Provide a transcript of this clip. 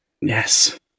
Yes